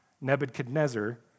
Nebuchadnezzar